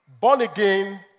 born-again